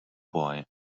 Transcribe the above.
boy